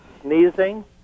sneezing